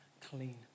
clean